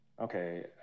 okay